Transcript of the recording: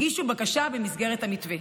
הגישו בקשה במסגרת המתווה.